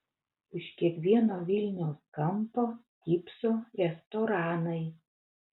už kiekvieno vilniaus kampo stypso restoranai